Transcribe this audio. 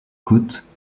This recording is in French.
côte